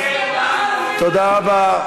תודה רבה.